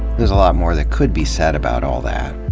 there's a lot more that could be said about all that,